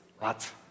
Lots